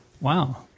Wow